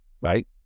right